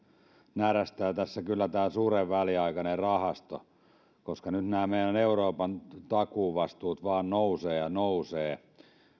närästää tässä kyllä tämä suren väliaikainen rahasto koska nyt nämä meidän euroopan takuuvastuumme vain nousevat ja nousevat